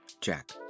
Jack